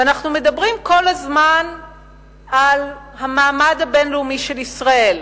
ואנחנו מדברים כל הזמן על המעמד הבין-לאומי של ישראל,